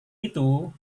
itu